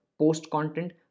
post-content